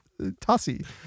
tossy